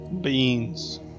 Beans